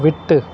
விட்டு